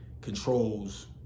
controls